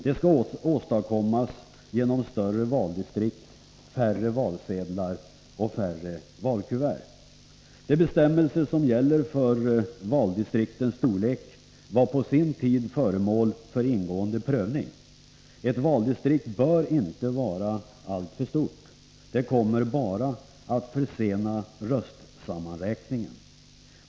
Det skall åstadkommas genom större valdistrikt, färre valsedlar och färre valkuvert. De bestämmelser som gäller för valdistriktens storlek var på sin tid föremål för ingående prövning. Ett valdistrikt bör inte vara alltför stort. Det kommer bara att försena röstsammanräkningen.